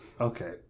Okay